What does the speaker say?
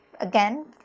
again